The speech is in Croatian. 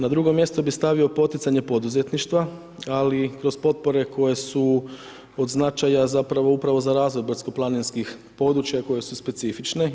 Na drugo mjesto bih stavio poticanje poduzetništva ali kroz potpore koje su od značaja zapravo upravo za razvoj brdsko planinskih područja koje su specifične.